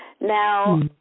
Now